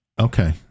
Okay